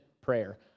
prayer